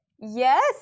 Yes